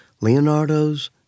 Leonardo's